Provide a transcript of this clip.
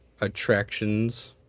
attractions